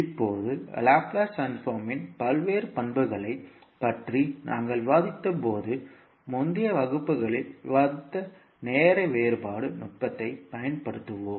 இப்போது லாப்லேஸ் ட்ரான்ஸ்போர்மின் பல்வேறு பண்புகளைப் பற்றி நாங்கள் விவாதித்தபோது முந்தைய வகுப்புகளில் விவாதித்த நேர வேறுபாடு நுட்பத்தைப் பயன்படுத்துவோம்